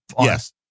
yes